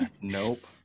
Nope